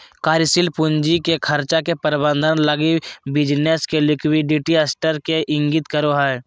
कार्यशील पूंजी के खर्चा के प्रबंधन लगी बिज़नेस के लिक्विडिटी स्तर के इंगित करो हइ